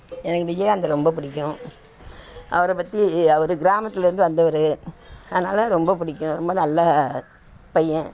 எனக்கு விஜயகாந்த ரொம்ப பிடிக்கும் அவரை பற்றி அவர் கிராமத்தில் இருந்து வந்தவர் அதனால் ரொம்ப பிடிக்கும் ரொம்ப நல்ல பையன்